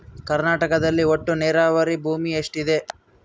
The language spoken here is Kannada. ಕರ್ನಾಟಕದಲ್ಲಿ ಒಟ್ಟು ನೇರಾವರಿ ಭೂಮಿ ಎಷ್ಟು ಇದೆ?